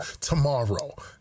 tomorrow